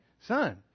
son